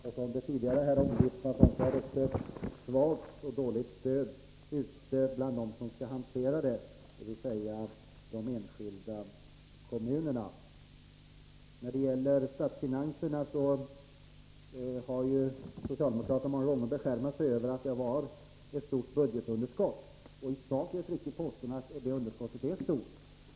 Som tidigare har omvittnats har det också ett svagt stöd ute bland dem som skall hantera det här, dvs. de enskilda kommunerna. I fråga om statsfinanserna har socialdemokraterna många gånger beskärmat sig över det stora budgetunderskottet. I sak är det ett riktigt påstående att säga att underskottet är stort.